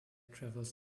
travels